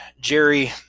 Jerry